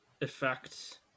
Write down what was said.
effect